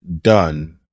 done